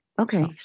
Okay